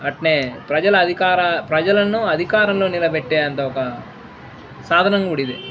అట్నే ప్రజల అధికార ప్రజలను అధికారంలో నిలబెట్టేంత ఒక సాధనం కూడా ఇది